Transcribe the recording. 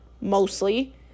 Mostly